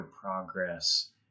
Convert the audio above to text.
progress